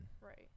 Right